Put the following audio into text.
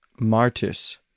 martus